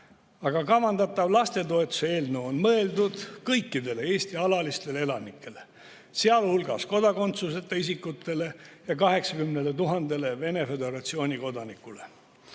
Aga kavandatav lastetoetuse eelnõu on mõeldud kõikidele Eesti alalistele elanikele, sealhulgas kodakondsuseta isikutele ja 80 000-le Venemaa Föderatsiooni kodanikule.